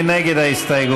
מי נגד ההסתייגות?